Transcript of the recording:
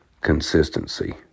Consistency